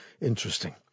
interesting